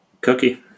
Cookie